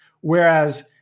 whereas